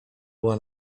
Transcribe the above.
była